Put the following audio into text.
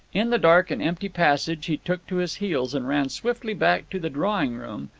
in the dark and empty passage he took to his heels and ran swiftly back to the drawing-room,